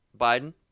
Biden